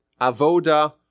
Avoda